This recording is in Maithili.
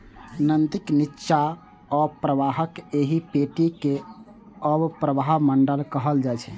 नदीक निच्चा अवप्रवाहक एहि पेटी कें अवप्रवाह मंडल कहल जाइ छै